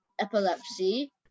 epilepsy